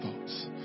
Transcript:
thoughts